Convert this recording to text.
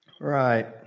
Right